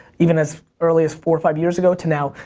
even as early as four or five years ago to now,